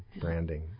branding